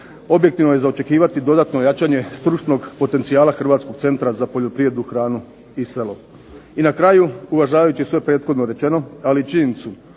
objektivno je za očekivati i dodatno jačanje stručnog potencijala Hrvatskog centra za poljoprivredu, hranu i selo. I na kraju, uvažavajući sve prethodno rečeno, ali i činjenicu